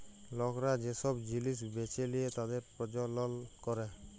লকরা যে সব জিলিস বেঁচে লিয়ে তাদের প্রজ্বলল ক্যরে